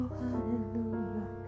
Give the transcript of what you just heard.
hallelujah